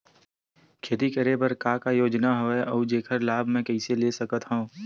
खेती करे बर का का योजना हवय अउ जेखर लाभ मैं कइसे ले सकत हव?